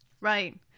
Right